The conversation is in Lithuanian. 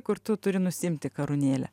kur tu turi nusiimti karūnėlę